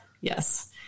yes